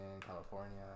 California